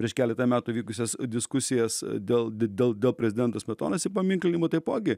prieš keletą metų vykusias diskusijas dėl dėl dėl prezidento smetonos įpaminklinimo taipogi